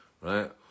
right